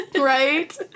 Right